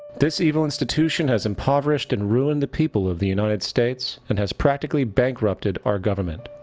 this evil instituition has impoverished and ruined the people of the united states. and has practically bankrupted our government.